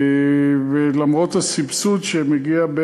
ולמרות הסבסוד שמגיע,